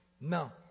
No